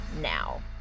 now